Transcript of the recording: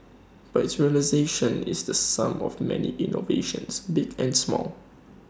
but its realisation is the sum of many innovations big and small